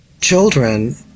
children